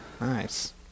Nice